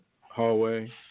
hallway